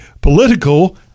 political